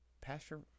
Pasture